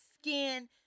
skin